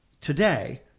today